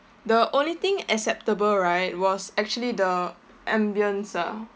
the only thing acceptable right was actually the ambience ah